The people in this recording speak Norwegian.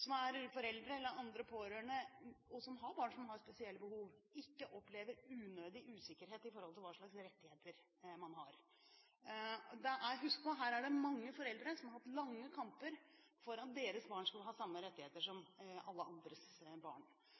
som er foreldre, eller andre pårørende, og som har barn som har spesielle behov, ikke opplever unødig usikkerhet i forhold til hva slags rettigheter de har. Husk på at her er det mange foreldre som har hatt lange kamper for at deres barn skal ha samme rettigheter som alle andres barn.